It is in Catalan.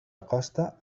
acosta